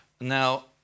Now